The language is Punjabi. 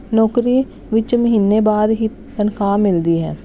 ਨੌਕਰੀ ਵਿੱਚ ਮਹੀਨੇ ਬਾਅਦ ਹੀ ਤਨਖਾਹ ਮਿਲਦੀ ਹੈ